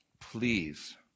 Please